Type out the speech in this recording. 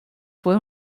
fue